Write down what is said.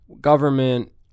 government